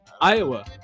Iowa